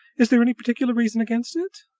is there any particular reason against it?